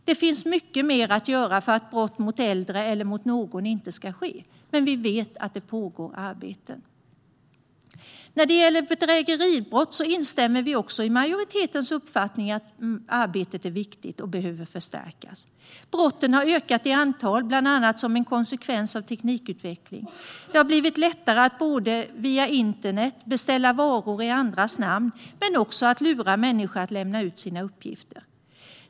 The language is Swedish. Det finns mycket mer att göra för att brott mot äldre eller mot någon annan inte ska ske, men vi vet att det pågår arbete. När det gäller bedrägeribrott instämmer vi i majoritetens uppfattning att arbetet är viktigt och behöver förstärkas. Brotten har ökat i antal, bland annat som en konsekvens av teknikutvecklingen. Det har blivit lättare att via internet beställa varor i andras namn men också att lura människor att lämna ut sina uppgifter.